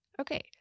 Okay